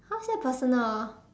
how is that personal